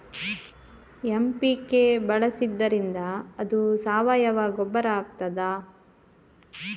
MPK ಬಳಸಿದ್ದರಿಂದ ಅದು ಸಾವಯವ ಗೊಬ್ಬರ ಆಗ್ತದ?